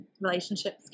relationships